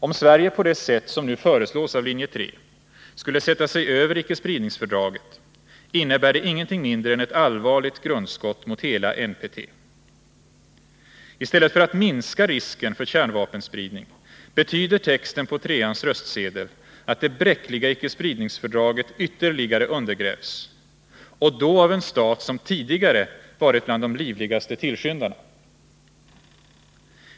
Om Sverige på det sätt som nu föreslås av linje 3 skulle sätta sig över icke-spridningsfördraget, innebär det ingenting mindre än ett allvarligt grundskott mot hela NPT. I stället för att minska risken för kärnvapenspridning betyder texten på 3:ans röstsedel att det bräckliga icke-spridningsfördraget ytterligare undergrävs — och då av en stat som tidigare varit bland de livligaste tillskyndarna.